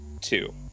two